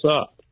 up